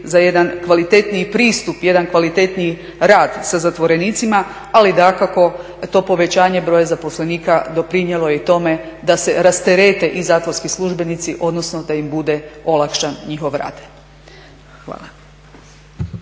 za jedan kvalitetniji pristup, jedan kvalitetniji rad sa zatvorenicima. Ali dakako to povećanje broja zaposlenika doprinijelo je i tome da se rasterete i zatvorski službenici, odnosno da im bude olakšan njihov rad. Hvala.